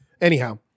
Anyhow